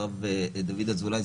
הרב דוד אזולאי,